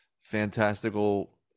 fantastical